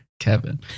Kevin